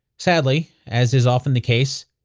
sadly, as is often the case,